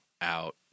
out